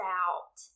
out